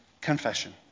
confession